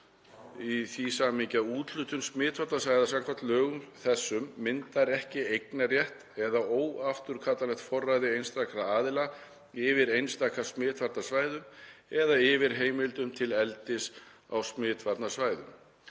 forseti: „Úthlutun smitvarnasvæða samkvæmt lögum þessum myndar ekki eignarrétt eða óafturkallanlegt forræði einstakra aðila yfir einstaka smitvarnasvæðum eða yfir heimildum til eldis á smitvarnasvæðum.“